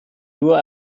nur